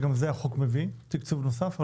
והחוק מביא תקצוב נוסף,